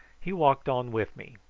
he walked on with me,